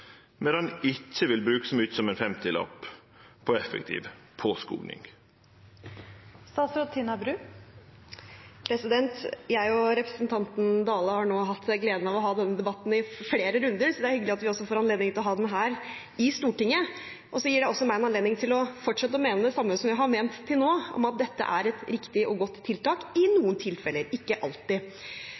vil bruke så mykje som ein femtilapp på effektiv påskoging? Jeg og representanten Dale har nå hatt gleden av å ha denne debatten i flere runder, så det er hyggelig at vi også får anledning til å ha den her i Stortinget. Og så gir det meg også en anledning til å fortsette å mene det samme som jeg har ment til nå, at dette er et riktig og godt tiltak – i noen tilfeller, ikke alltid.